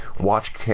watch